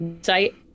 site